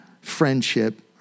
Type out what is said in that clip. friendship